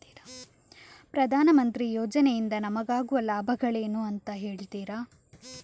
ಪ್ರಧಾನಮಂತ್ರಿ ಯೋಜನೆ ಇಂದ ನಮಗಾಗುವ ಲಾಭಗಳೇನು ಅಂತ ಹೇಳ್ತೀರಾ?